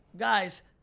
guys,